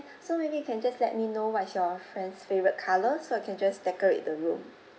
so maybe you can just let me know what's your friend's favorite colour so I can just decorate the room